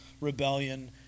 rebellion